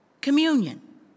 communion